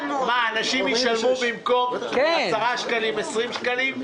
אנשים ישלמו במקום 10 שקלים 20 שקלים?